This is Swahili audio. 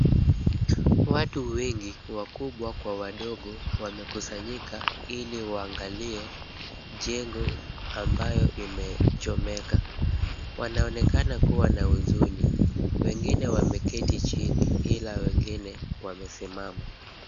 Watu wengi, wakubwa kwa wadogo wamekusanyika, ili waangalie jengo ambalo limechomeka. Wanaonekana kuwa na huzuni. Wengine wameketi chini ila wengine wamesimama.